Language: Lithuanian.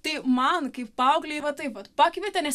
tai man kaip paauglei va taip vat pakvietė nes